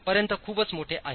पर्यंत खूपच मोठे आहे